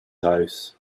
house